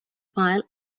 file